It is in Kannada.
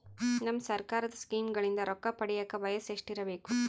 ನಮ್ಮ ಸರ್ಕಾರದ ಸ್ಕೀಮ್ಗಳಿಂದ ರೊಕ್ಕ ಪಡಿಯಕ ವಯಸ್ಸು ಎಷ್ಟಿರಬೇಕು?